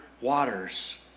waters